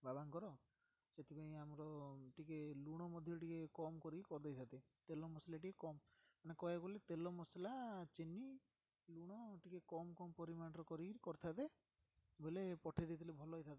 ବାବାଙ୍କର ସେଥିପାଇଁ ଆମର ଟିକେ ଲୁଣ ମଧ୍ୟ ଟିକେ କମ୍ କରିକି କରିଦେଇଥାନ୍ତେ ତେଲ ମସଲା ଟିକେ କମ୍ ମାନେ କହିବାକୁ ଗଲେ ତେଲ ମସଲା ଚିନି ଲୁଣ ଟିକେ କମ୍ କମ୍ ପରିମାଣର କରିକି କରିଥାନ୍ତେ ବୋଇଲେ ପଠେଇ ଦେଇେଇଥିଲେ ଭଲ ହୋଇଥାନ୍ତା